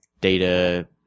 data